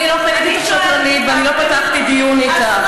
אני לא כיניתי אותך שקרנית ואני לא פתחתי דיון אתך.